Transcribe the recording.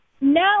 No